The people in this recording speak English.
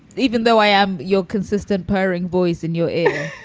even though i am your consistent purring voice in your ear?